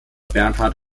bernhard